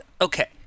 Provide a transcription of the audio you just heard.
okay